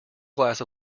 glass